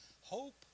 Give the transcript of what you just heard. hope